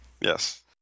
Yes